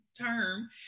term